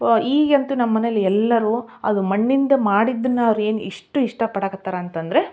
ವ ಈಗಂತೂ ನಮ್ಮ ಮನೆಯಲ್ ಎಲ್ಲರೂ ಅದು ಮಣ್ಣಿಂದ ಮಾಡಿದ್ದನ್ನು ಅವ್ರು ಏನು ಇಷ್ಟು ಇಷ್ಟಪಡೋಕತ್ತರ ಅಂತಂದರೆ